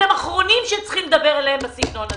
אתם האחרונים שצריכים לדבר עליהם בסגנון הזה.